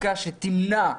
חקיקה שתמנע,